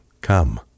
come